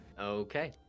Okay